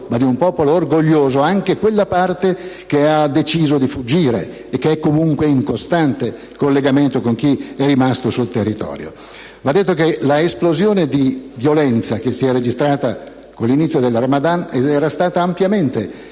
ma di un popolo orgoglioso, anche in quella parte che ha deciso di fuggire e che è comunque in costante collegamento con chi è rimasto sul territorio. Va detto che l'esplosione di violenza registrata con l'inizio del Ramadan era stata ampiamente annunciata